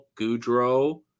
Goudreau